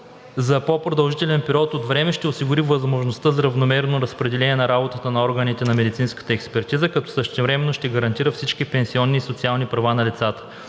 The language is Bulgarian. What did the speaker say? за по-продължителен период от време ще осигури възможност за равномерно разпределение на работата на органите на медицинската експертиза, като същевременно ще гарантира всички пенсионни и социални права на лицата.